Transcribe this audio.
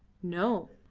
no,